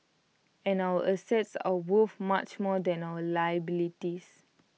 and our assets are worth much more than our liabilities